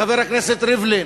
חבר הכנסת ריבלין,